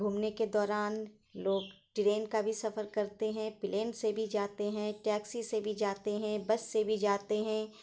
گھومنے کے دوران لوگ ٹرین کا بھی سفر کرتے ہیں پلین سے بھی جاتے ہیں ٹیکسی سے بھی جاتے ہیں بس سے بھی جاتے ہیں